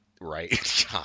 Right